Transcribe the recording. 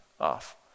off